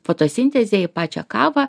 fotosintezė į pačią kavą